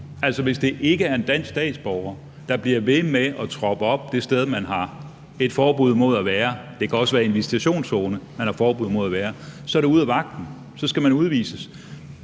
Hvis det ikke er en dansk statsborger, der bliver ved med at troppe op det sted, man har forbud mod at være – og det kan også være i en